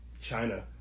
China